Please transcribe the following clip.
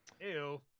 Ew